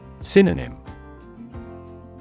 Synonym